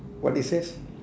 what it says